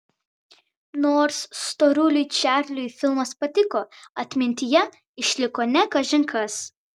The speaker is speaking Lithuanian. nors storuliui čarliui filmas patiko atmintyje išliko ne kažin kas